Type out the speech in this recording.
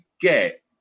get